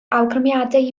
awgrymiadau